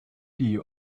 die